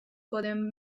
poden